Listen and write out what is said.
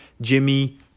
Jimmy